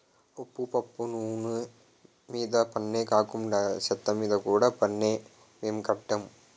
ఉప్పు పప్పు నూన మీద పన్నే కాకండా సెత్తమీద కూడా పన్నేనా మేం కట్టం